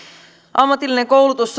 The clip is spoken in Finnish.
ammatillinen koulutus